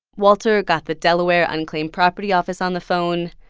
walter got the delaware unclaimed property office on the phone,